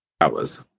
hours